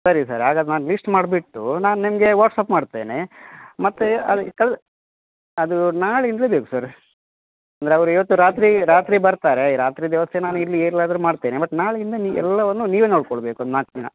ಸರಿ ಸರ್ ಹಾಗಾದ್ರೆ ನಾನು ಲೀಸ್ಟ್ ಮಾಡ್ಬಿಟ್ಟು ನಾನು ನಿಮಗೆ ವಾಟ್ಸ್ಅಪ್ ಮಾಡ್ತೇನೆ ಮತ್ತೆ ಅದು ಕಳ ಅದು ನಾಳೆಯಿಂದಲೆ ಬೇಕು ಸರ್ ಅಂದರೆ ಅವ್ರು ಇವತ್ತು ರಾತ್ರಿ ರಾತ್ರಿ ಬರ್ತಾರೆ ರಾತ್ರಿದು ವ್ಯವಸ್ಥೆ ನಾನು ಇಲ್ಲಿ ಹೇಗಾದರು ಮಾಡ್ತೇನೆ ಬಟ್ ನಾಳೆಯಿಂದ ನಿ ಎಲ್ಲವನ್ನು ನೀವೆ ನೊಡ್ಕೊಳ್ಬೇಕು ಒಂದು ನಾಲ್ಕು ದಿನ